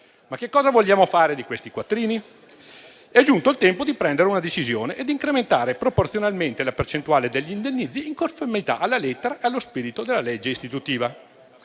Che cosa vogliamo fare di questi quattrini? È giunto il tempo di prendere una decisione e incrementare proporzionalmente la percentuale degli indennizzi, in conformità alla lettera e allo spirito della legge istitutiva;